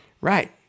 right